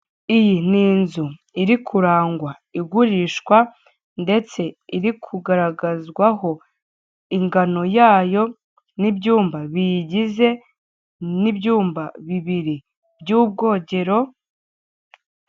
Iyi ni inzu iri kurangwa igurishwa ndetse iri kugaragazwaho ingano yayo n'ibyumba biyigize n'ibyumba bibiri by'ubwogero.